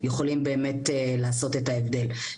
יכולים באמת לעשות את ההבדל.